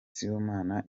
simbona